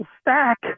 stack